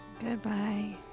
Goodbye